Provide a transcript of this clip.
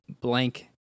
blank